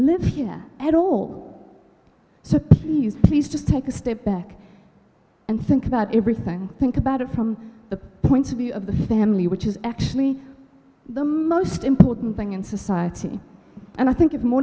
live here at all so please just take a step back and think about everything think about it from the point of view of the stanley which is actually the most important thing in society and i think more